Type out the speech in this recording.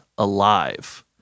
Alive